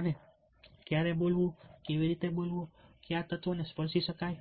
અને ક્યારે બોલવું કેવી રીતે બોલવું કયા તત્વોને સ્પર્શી શકાય